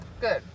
good